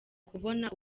kubona